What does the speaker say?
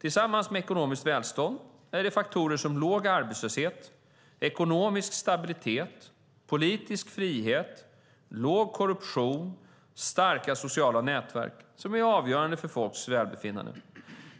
Tillsammans med ekonomiskt välstånd är det faktorer som låg arbetslöshet, ekonomisk stabilitet, politisk frihet, låg korruption och starka sociala nätverk som är avgörande för folks välbefinnande.